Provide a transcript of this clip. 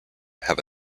have